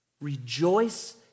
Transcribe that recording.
rejoice